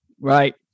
Right